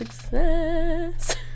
success